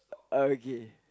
okay